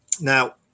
Now